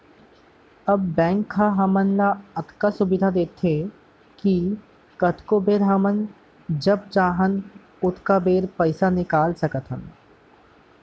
अब बेंक ह हमन ल अतका सुबिधा देवत हे कि कतको बेरा हमन जब चाहन ओतका बेरा पइसा निकाल सकत हन